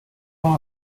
part